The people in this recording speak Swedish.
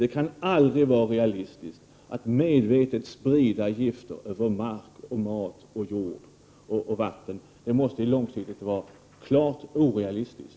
Det kan aldrig vara realistiskt att medvetet sprida gifter över mark, mat, jord och vatten. Det måste långsiktigt vara klart orealistiskt!